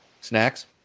snacks